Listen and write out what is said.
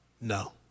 No